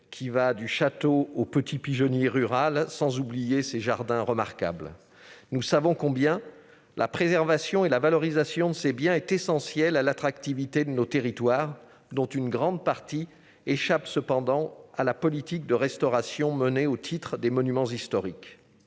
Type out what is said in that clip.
qui va du château au petit pigeonnier rural, en passant par ses jardins remarquables. Nous savons combien la préservation et la valorisation de ces biens sont essentielles à l'attractivité de nos territoires. Une grande partie de ce patrimoine échappe cependant à la politique de restauration menée au titre des monuments historiques.